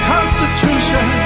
Constitution